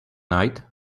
night